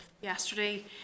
yesterday